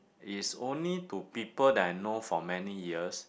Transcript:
is only to people that I know for many years